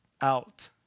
out